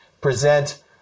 present